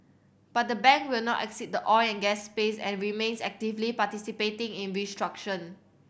but the bank will not exit the oil and gas space and remains actively participating in